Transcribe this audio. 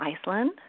Iceland